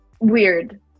weird